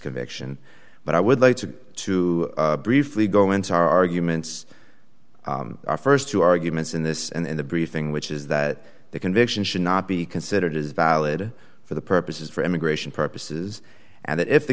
conviction but i would like to to briefly go into arguments first two arguments in this and in the briefing which is that the conviction should not be considered as valid for the purposes for immigration purposes and if the